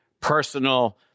personal